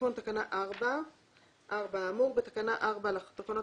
תיקון תקנה 4 4. האמור בתקנה 4 לתקנות